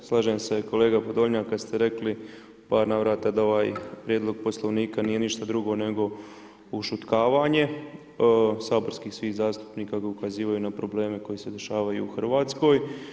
Slažem se kolega Podolnjak kada ste rekli u par navrata da ovaj Prijedlog Poslovnika nije ništa drugo nego ušutkavanje saborskih svih zastupnika koji ukazuju na probleme koji se dešavaju u Hrvatskoj.